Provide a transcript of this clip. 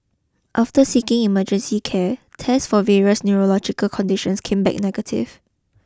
after seeking emergency care tests for various neurological conditions came back negative